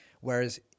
whereas